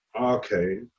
Okay